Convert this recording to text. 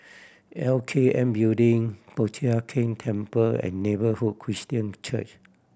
L K N Building Po Chiak Keng Temple and Neighbourhood Christian Church